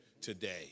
today